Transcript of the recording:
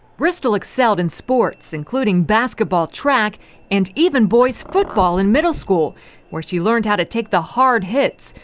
bristol excelled in sports, including basketball, track and even boys' football in middle school where she learned how to take the hard hits,